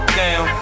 down